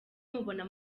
mubona